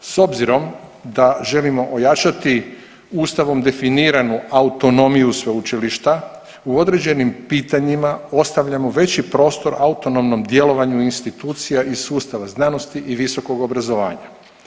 S obzirom da želimo ojačati Ustavom definiranu autonomiju sveučilišta, u određenim pitanjima ostavljamo veći prostor autonomnom djelovanju institucija iz sustava znanosti i visokog obrazovanja.